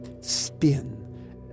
spin